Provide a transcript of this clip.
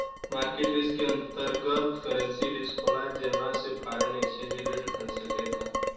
market risk के अंतर्गत, currency risk होला जौना से फॉरेन एक्सचेंज रेट घट सकता